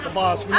boss.